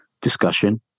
discussion